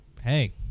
hey